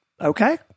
Okay